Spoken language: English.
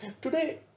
Today